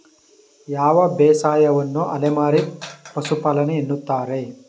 ಯಾವ ಬೇಸಾಯವನ್ನು ಅಲೆಮಾರಿ ಪಶುಪಾಲನೆ ಎನ್ನುತ್ತಾರೆ?